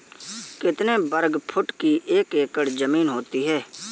कितने वर्ग फुट की एक एकड़ ज़मीन होती है?